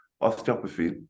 osteopathy